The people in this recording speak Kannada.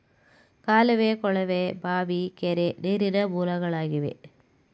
ಕಾಲುವೆ, ಕೊಳವೆ ಬಾವಿ, ಕೆರೆ, ನೀರಿನ ಮೂಲಗಳಾಗಿವೆ